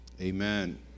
amen